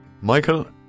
Michael